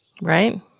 Right